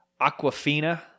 Aquafina